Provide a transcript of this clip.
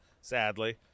sadly